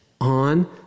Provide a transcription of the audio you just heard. on